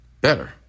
better